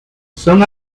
son